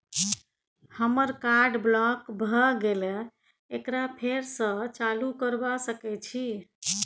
हमर card block भ गेले एकरा फेर स चालू करबा सके छि?